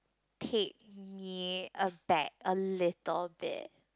take me a back a little bit